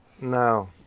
No